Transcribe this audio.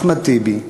אחמד טיבי,